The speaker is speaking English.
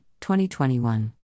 2021